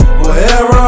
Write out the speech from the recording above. wherever